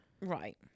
right